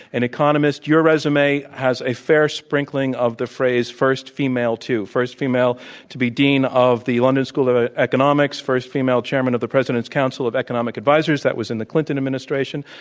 an economist. your resume has a fair sprinkling of the phrase first female to, first female to be dean of the london school of economics, first female chairman of the president's council of economic advisors, that was in the clinton administration.